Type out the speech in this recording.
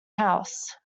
house